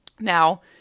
Now